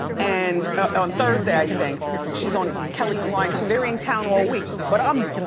and ah on thursday i think. she's on kelly and ryan, so they're in town all week. but i'm